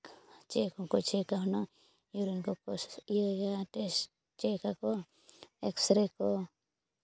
check ᱦᱚᱸ ᱠᱚ ᱪᱮᱠᱟ ᱦᱩᱱᱟᱜ ᱤᱭᱩᱨᱤᱱ ᱠᱚ ᱠᱚ ᱤᱭᱟᱹᱭᱟ ᱴᱮᱥᱴ ᱪᱮᱠ ᱟᱠᱚ ᱮᱠᱥᱮᱨᱮ ᱠᱚ